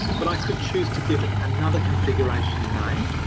but i could choose to give it another configuration name,